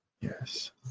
Yes